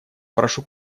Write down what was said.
прошу